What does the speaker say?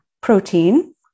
protein